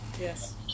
Yes